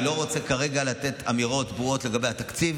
אני לא רוצה כרגע לתת אמירות ברורות לגבי התקציב,